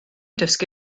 dysgu